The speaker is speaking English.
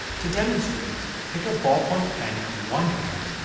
to demonstrate, take a ballpoint pen in one hand,